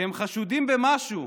שהם חשודים במשהו,